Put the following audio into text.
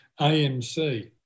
AMC